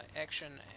action